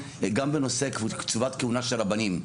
גם בנושא קצובת כהונה של רבנים,